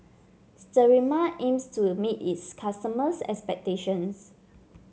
Sterimar aims to meet its customers' expectations